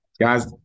guys